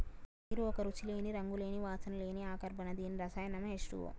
నీరు ఒక రుచి లేని, రంగు లేని, వాసన లేని అకర్బన దీని రసాయన నామం హెచ్ టూవో